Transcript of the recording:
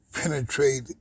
penetrate